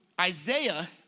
Isaiah